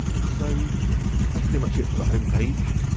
so that's pretty much it for the homepage.